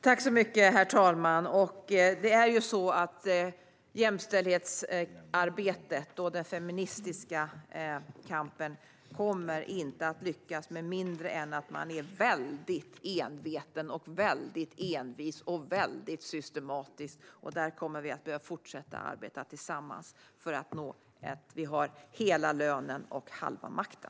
Herr talman! Jämställdhetsarbetet och den feministiska kampen kommer inte att lyckas med mindre än att man är enveten, envis och systematisk. Vi kommer att behöva fortsätta arbeta tillsammans tills vi når att vi har hela lönen och halva makten.